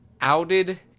outed